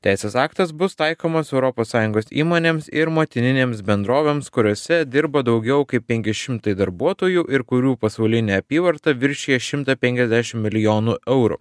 teisės aktas bus taikomas europos sąjungos įmonėms ir motininėms bendrovėms kuriose dirba daugiau kaip penki šimtai darbuotojų ir kurių pasaulinė apyvarta viršija šimtą penkiasdešimt milijonų eurų